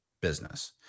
business